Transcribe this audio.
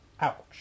Ouch